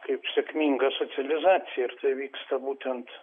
kaip sėkminga socializacija ir tai vyksta būtent